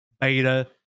beta